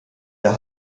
der